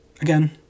again